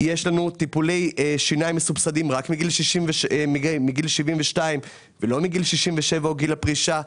יש טיפולי שיניים מסובסדים רק מגיל 72 ולא מגיל 67 או גיל הפרישה.